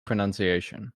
pronunciation